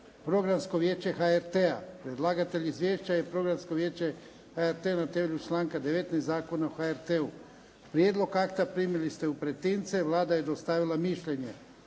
Programsko vijeće HRT-a Predlagatelj izvješća je Programsko vijeće HRT-a na temelju članka 19. Zakona o HRT-u. Prijedlog akta primili ste u pretince. Vlada je dostavila mišljenje.